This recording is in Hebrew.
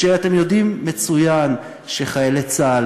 אתם יודעים מצוין שחיילי צה"ל,